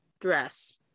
dress